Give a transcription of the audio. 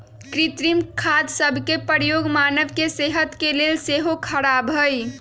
कृत्रिम खाद सभ के प्रयोग मानव के सेहत के लेल सेहो ख़राब हइ